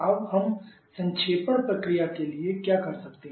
अब हम संक्षेपण प्रक्रिया के लिए क्या कर सकते हैं